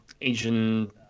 Asian